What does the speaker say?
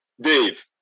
Dave